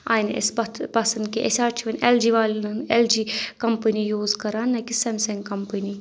آ نہٕ أسۍ پَتھ پَسنٛد کینٛہہ أسۍ حظ چھِ وۄنۍ ایل جی والؠن ہُنٛد اؠل جی کَمپٔنی یوٗز کَران نہ کہِ سیمسنٛگ کَمپٔنی